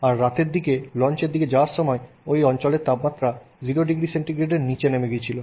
আর রাতের দিকে লঞ্চের দিকে যাওয়ার সময় ওই অঞ্চলের তাপমাত্রা 0º সেন্টিগ্রেডের নিচে নেমে গিয়েছিল